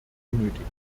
benötigen